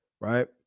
Right